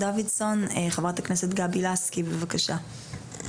חברת הכנסת גבי לסקי, בבקשה.